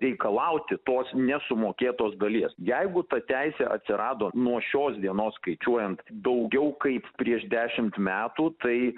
reikalauti tos nesumokėtos dalies jeigu ta teisė atsirado nuo šios dienos skaičiuojant daugiau kaip prieš dešimt metų tai